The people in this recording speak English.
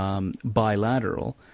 Bilateral